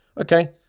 okay